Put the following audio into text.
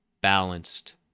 balanced